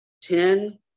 Ten